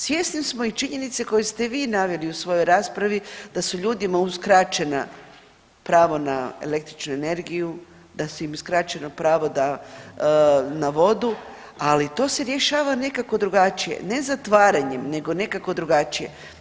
Svjesni smo i činjenice koju ste vi naveli u svojoj raspravi da su ljudima uskraćena pravo na električnu energiju, da su im uskraćeno pravo da, na vodu, ali to se rješava nekako drugačije, ne zatvaranjem nego nekako drugačije.